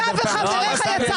כשזה בא לחקיקה, אתה וחבריך יצאתם.